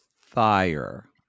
fire